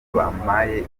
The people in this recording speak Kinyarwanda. bampaye